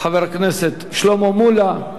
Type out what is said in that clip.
חבר הכנסת שלמה מולה,